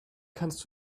kannst